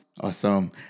awesome